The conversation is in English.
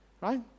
right